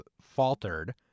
faltered